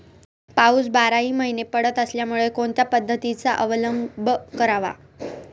पाऊस बाराही महिने पडत असल्यामुळे कोणत्या पद्धतीचा अवलंब करावा?